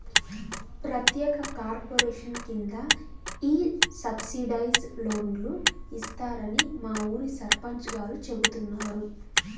ప్రత్యేక కార్పొరేషన్ కింద ఈ సబ్సిడైజ్డ్ లోన్లు ఇస్తారని మా ఊరి సర్పంచ్ గారు చెబుతున్నారు